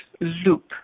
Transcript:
loop